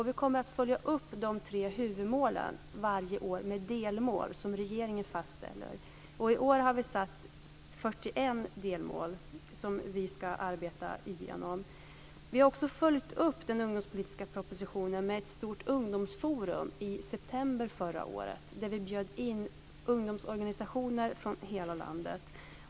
Vi kommer att följa upp de tre huvudmålen varje år med delmål som regeringen fastställer. I år har vi satt upp 41 delmål som vi ska arbeta igenom. Vi följde också upp den ungdomspolitiska propositionen med ett stort ungdomsforum i september förra året; vi bjöd in ungdomsorganisationer från hela landet.